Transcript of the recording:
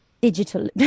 digital